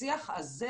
השיח הזה,